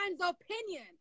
opinion